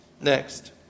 Next